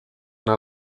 anar